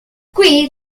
qui